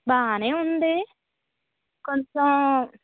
బాగానే ఉంది కొంచెం